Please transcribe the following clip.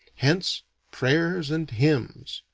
hence prayers and hymns.